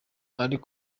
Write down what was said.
ariko